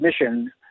mission